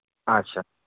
ᱟᱪᱪᱷᱟ